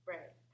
Right